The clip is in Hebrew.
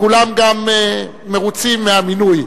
וכולם גם מרוצים מהמינוי.